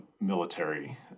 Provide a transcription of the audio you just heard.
military